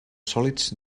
sòlids